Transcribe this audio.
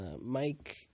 Mike